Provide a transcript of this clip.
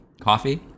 coffee